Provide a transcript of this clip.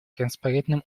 транспарентным